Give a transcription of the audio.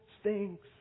stinks